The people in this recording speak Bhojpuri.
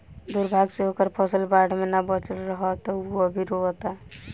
दुर्भाग्य से ओकर फसल बाढ़ में ना बाचल ह त उ अभी रोओता